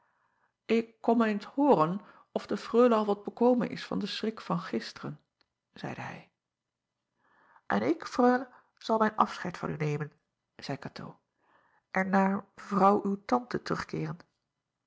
k kom eens hooren of de reule al wat bekomen is van den schrik van gisteren zeide hij n ik reule zal mijn afscheid van u nemen zeî atoo en naar evrouw uw tante terugkeeren